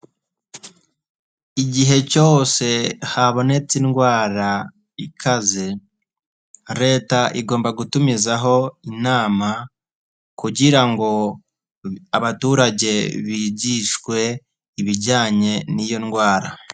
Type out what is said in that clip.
Igihe cyose habonetse indwara ikaze, Leta igomba gutumizaho inama kugira ngo abaturage bigishwe ibijyanye n'iyo ndwara.